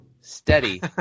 Steady